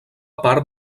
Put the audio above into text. part